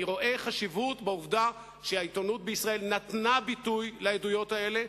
אני רואה חשיבות בעובדה שהעיתונות בישראל נתנה ביטוי לעדויות האלה,